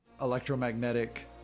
electromagnetic